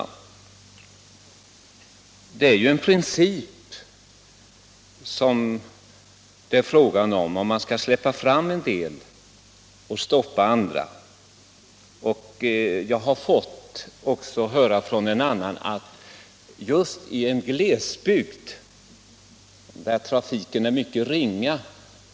Och det är ju en princip det här är fråga om, nämligen om man skall lämna tillstånd till en del organisationer och stoppa andra. Från en annan person har jag f.ö. fått veta att en ideell organisation fått avslag också när det var fråga om glesbygd, där trafiken är mycket ringa.